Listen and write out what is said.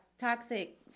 Toxic